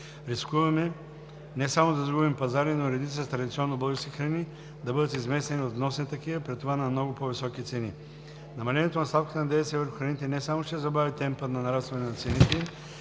Рискуваме не само да загубим пазари, но и редица традиционно български храни да бъдат изместени от вносни такива, при това на много по-високи цени. Намалението на ставката на ДДС върху храните не само ще забави темпа на нарастване на цените